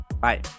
Bye